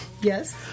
yes